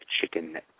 chicken